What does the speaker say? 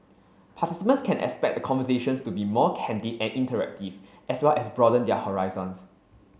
participants can expect the conversations to be more candid and interactive as well as broaden their horizons